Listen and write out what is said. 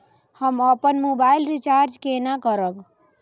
हम अपन mobile recharge केना करब?